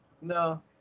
No